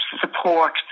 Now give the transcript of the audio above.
support